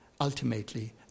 ultimately